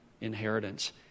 inheritance